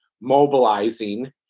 mobilizing